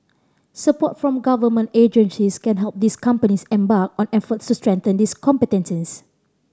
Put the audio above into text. support from government agencies can help these companies embark on efforts to strengthen these competencies